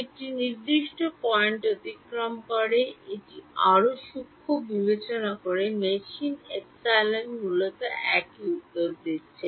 একটি নির্দিষ্ট পয়েন্ট অতিক্রম করে এটি আরও সূক্ষ্ম বিবেচনা করা মেশিন অ্যাপসিলনকে মূলত একই উত্তর দিচ্ছে